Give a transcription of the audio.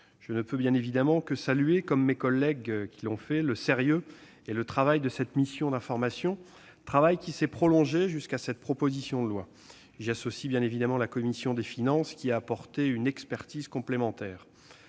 Je ne peux évidemment que saluer, comme mes collègues l'ont fait, le sérieux et le travail de cette mission d'information, travail qui s'est prolongé jusqu'à cette proposition de loi. J'y associe la commission des finances qui a apporté une expertise complémentaire.